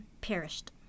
perished